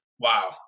wow